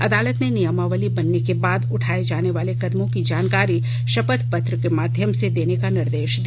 अदालत ने नियमावली बनने के बाद उठाए जाने वाले कदमों की जानकारी शपथ पत्र के माध्यम से देने का निर्देश दिया